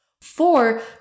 Four